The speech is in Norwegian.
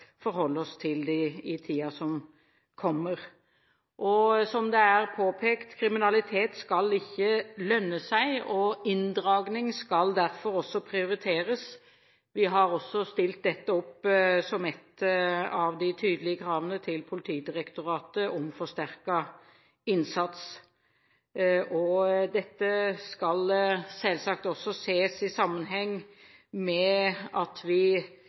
forholde oss til dem i tiden som kommer. Som det er påpekt: Kriminalitet skal ikke lønne seg. Inndragning skal derfor også prioriteres. Vi har satt dette som et av de tydelige kravene til Politidirektoratet om forsterket innsats. Dette skal selvsagt også ses i sammenheng med at